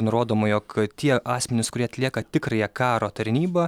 nurodoma jog tie asmenys kurie atlieka tikrąją karo tarnybą